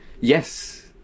Yes